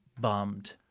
bummed